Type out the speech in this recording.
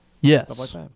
Yes